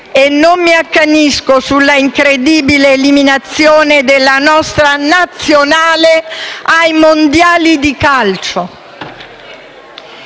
E non mi accanisco sull'incredibile eliminazione della nostra Nazionale ai Mondiali di calcio.